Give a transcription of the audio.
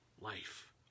life